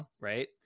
right